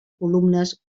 columnes